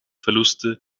verluste